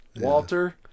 Walter